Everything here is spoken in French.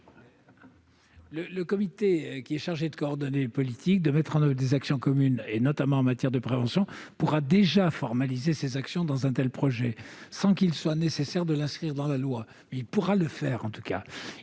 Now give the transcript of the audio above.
Le comité chargé de coordonner les politiques et mettre en oeuvre des actions communes, notamment en matière de prévention, pourra déjà formaliser ces actions dans un tel projet, sans qu'il soit nécessaire de l'inscrire dans la loi. Il conviendrait en outre